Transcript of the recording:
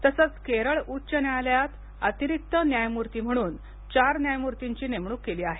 तसच केरळ उच्च न्यायालयात अतिरिक्त न्यायमूर्ती म्हणून चार न्यायमूर्तींची नेमणूक केली आहे